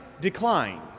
Decline